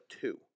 two